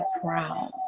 proud